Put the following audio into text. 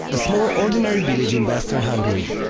a small ordinary village in western hungary.